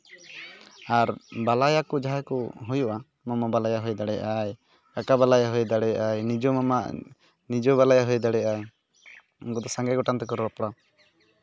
ᱟᱨ ᱵᱟᱞᱟᱭᱟ ᱡᱟᱦᱟᱸᱭ ᱠᱚ ᱦᱩᱭᱩᱜᱼᱟ ᱢᱟᱢᱟ ᱵᱟᱞᱟᱭᱟ ᱦᱩᱭ ᱫᱟᱲᱭᱟᱜᱼᱟᱭ ᱮᱴᱟᱜ ᱵᱟᱞᱟᱭᱟ ᱦᱩᱭ ᱫᱟᱲᱮᱭᱟᱜᱼᱟᱭ ᱱᱤᱡᱚ ᱢᱟᱢᱟ ᱱᱤᱡᱚ ᱵᱟᱞᱟᱭᱟ ᱦᱩᱭ ᱫᱟᱲᱭᱟᱜᱼᱟᱭ ᱩᱱᱠᱩ ᱫᱚ ᱥᱟᱸᱜᱮ ᱜᱚᱴᱟᱝ ᱛᱮᱠᱚ ᱨᱚᱯᱚᱲᱟ